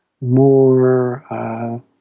more